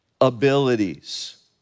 abilities